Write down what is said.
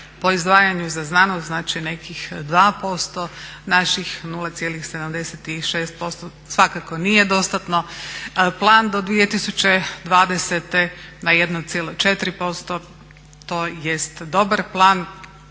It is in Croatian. po izdvajanju za znanost, znači nekih 2%, naših 0,76% svakako nije dostatno. Plan je do 2020. na 1,4%. To jest dobar plan.